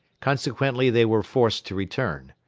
consequently they were forced to return.